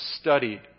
studied